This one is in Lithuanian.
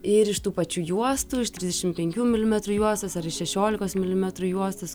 ir iš tų pačių juostų iš trisdešim penkių milimetrų juostos ar iš šešiolikos milimetrų juostos